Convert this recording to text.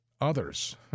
others